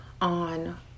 on